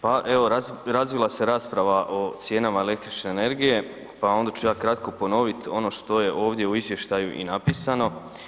Pa evo razvila se rasprava o cijenama električne energije pa onda ću ja kratko ponoviti ono što je ovdje u izvještaju i napisano.